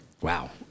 Wow